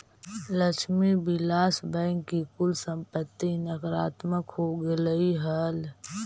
Lakshmi Vilas Bank की कुल संपत्ति नकारात्मक हो गेलइ हल